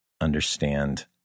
understand